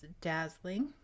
dazzling